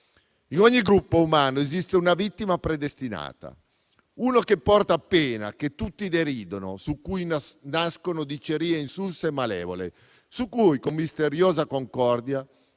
«In ogni gruppo umano esiste una vittima predestinata: uno che porta pena, che tutti deridono, su cui nascono dicerie insulse e malevole, su cui, con misteriosa concordia,